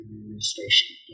administration